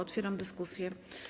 Otwieram dyskusję.